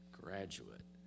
graduate